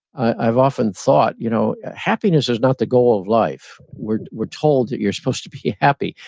i've often thought you know happiness is not the goal of life. we're we're told that you're supposed to be happy.